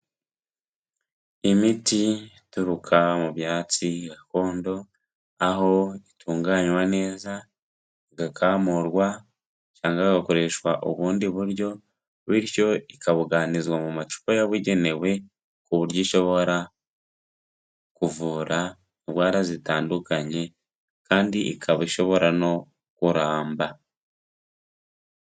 Imiti ituruka mu byatsi gakondo, aho itunganywa neza, igakamurwa cyangwa hagakoreshwa ubundi buryo bityo ikabuganizwa mu macupa yabugenewe, ku buryo ishobora kuvura indwara zitandukanye kandi ikaba ishobora no kuramba.